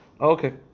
Okay